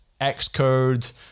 Xcode